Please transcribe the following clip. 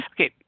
Okay